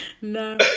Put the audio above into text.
no